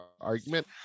argument